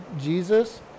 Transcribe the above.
jesus